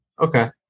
okay